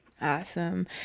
Awesome